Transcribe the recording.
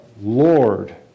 Lord